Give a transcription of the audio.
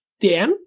Dan